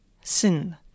sin